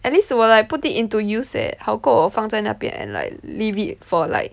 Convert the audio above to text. at least 我 like put it into use leh 好过我放在那边 and like leave it for like